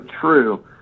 true